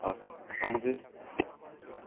ഒക്കെ അപ്പോൾ നമുക്ക്